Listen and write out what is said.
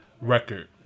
record